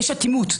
יש אטימות.